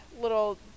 little